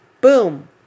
boom